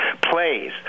Plays